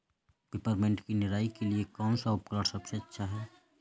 Peppermint की निराई के लिए कौन सा उपकरण सबसे अच्छा है?